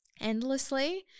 endlessly